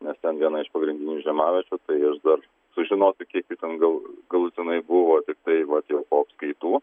nes ten viena iš pagrindinių žiemaviečių tai aš dar sužinosiu kiek jų ten gal galutinai buvo tiktai vat jau po apskaitų